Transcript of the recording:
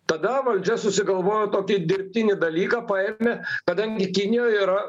tada valdžia susigalvojo tokį dirbtinį dalyką paėmė kadangi kinijoj yra